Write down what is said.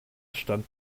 stand